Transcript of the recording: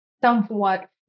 somewhat